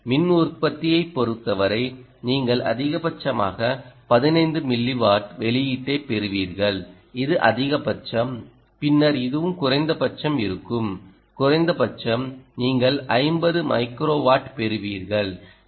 மின் உற்பத்தியைப் பொறுத்தவரை நீங்கள் அதிகபட்சமாக 15 மில்லி வாட் வெளியீட்டைப் பெறுவீர்கள் இது அதிகபட்சம் பின்னர் இதுவும் குறைந்தபட்சம் இருக்கும் குறைந்தபட்சம் நீங்கள் 50 மைக்ரோ வாட் பெறுவீர்கள்